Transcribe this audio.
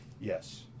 Yes